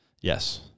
Yes